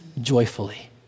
joyfully